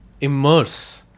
immerse